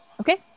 Okay